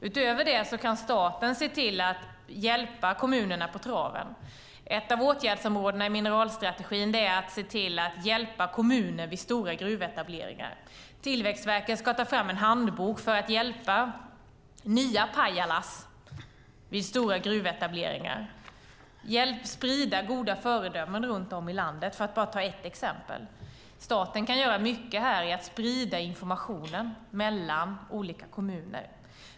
Utöver det kan staten se till att hjälpa kommunerna på traven. Ett av åtgärdsområdena i mineralstrategin är att se till att hjälpa kommuner vid stora gruvetableringar. Tillväxtverket ska ta fram en handbok för att hjälpa nya Pajala vid stora gruvetableringar. Det handlar om att sprida goda föredömen runt om i landet, för att bara ta ett exempel. Staten kan göra mycket för att sprida informationen mellan olika kommuner.